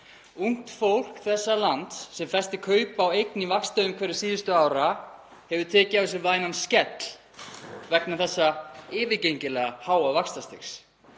Ungt fólk þessa lands sem festi kaup á eign í vaxtaumhverfi síðustu ára hefur tekið á sig vænan skell vegna þessa yfirgengilega háa vaxtastigs.